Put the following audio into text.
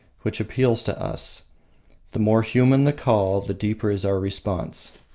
which appeals to us the more human the call the deeper is our response.